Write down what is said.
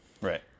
Right